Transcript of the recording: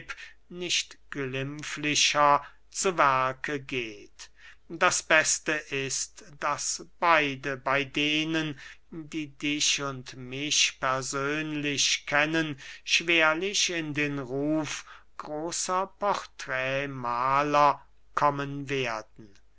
nicht glimpflicher zu werke geht das beste ist daß beide bey denen die dich und mich persönlich kennen schwerlich in den ruf großer portraitmahler kommen werden